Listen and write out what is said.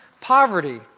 poverty